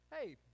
hey